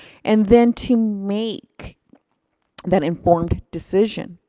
and then to make that informed decision